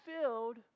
filled